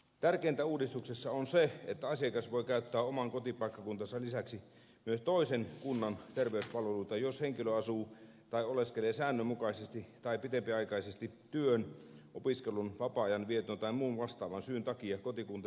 tärkeintä uudistuksessa on se että asiakas voi käyttää oman kotipaikkakuntansa lisäksi myös toisen kunnan terveyspalveluita jos henkilö asuu tai oleskelee säännönmukaisesti tai pitempiaikaisesti työn opiskelun vapaa ajanvieton tai muun vastaavan syyn takia kotikuntansa ulkopuolella